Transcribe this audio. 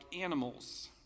animals